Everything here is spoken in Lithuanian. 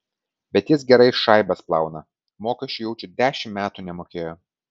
bet jis gerai šaibas plauna mokesčių jaučiu dešimt metų nemokėjo